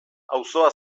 auzoa